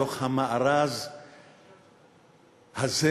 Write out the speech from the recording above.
בתוך המארז הזה,